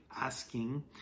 asking